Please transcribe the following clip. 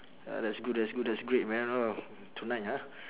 uh that's good that's good that's great man uh tonight ah